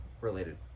related